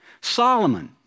Solomon